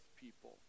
people